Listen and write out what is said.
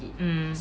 mm